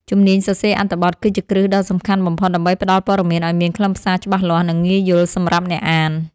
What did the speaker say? ជំនាញសរសេរអត្ថបទគឺជាគ្រឹះដ៏សំខាន់បំផុត ដើម្បីផ្ដល់ព័ត៌មានឱ្យមានខ្លឹមសារច្បាស់លាស់ និងងាយយល់សម្រាប់អ្នកអាន។